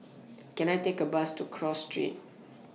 Can I Take A Bus to Cross Street